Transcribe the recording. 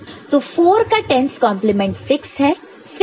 तो 4 का 10's complement 10's complement 6 है